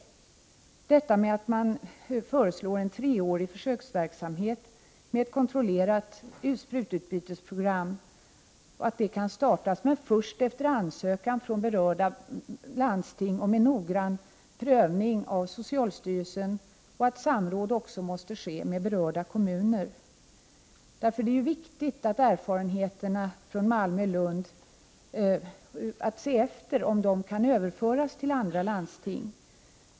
Förslaget innebär att en treårig försöksverksamhet med ett kontrollerat sprututbytesprogram startas, men först efter ansökan från berörda landsting och med noggrann prövning av socialstyrelsen. Samråd måste också ske med berörda kommuner. Det är ju viktigt att se om erfarenheterna från Malmö och Lund kan överföras till andra landsting.